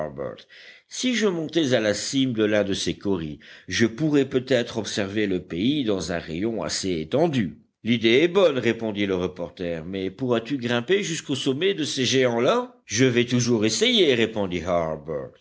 si je montais à la cime de l'un de ces kauris je pourrais peut-être observer le pays dans un rayon assez étendu l'idée est bonne répondit le reporter mais pourras-tu grimper jusqu'au sommet de ces géants là je vais toujours essayer répondit